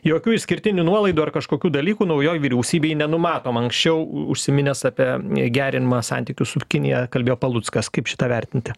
jokių išskirtinių nuolaidų ar kažkokių dalykų naujoj vyriausybėj nenumatom anksčiau užsiminęs apie gerinimą santykius su kinija kalbėjo paluckas kaip šitą vertinti